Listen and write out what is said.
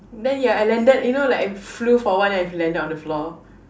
then ya I landed you know like I flew for a while then I landed on the floor